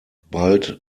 bald